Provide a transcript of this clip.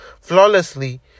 flawlessly